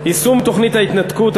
יישום תוכנית ההתנתקות,